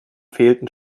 fehlten